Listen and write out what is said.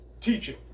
teaching